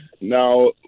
Now